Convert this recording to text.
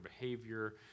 behavior